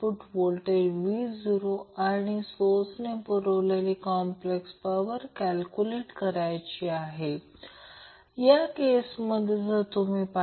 तर coil R j Lω चा impedance तर ते 5 j L आहे 50 10 3 2π 100